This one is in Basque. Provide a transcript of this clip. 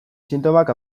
sintomak